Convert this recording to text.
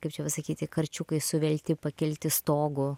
kaip čia pasakyti karčiukai suvelti pakelti stogu